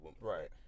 right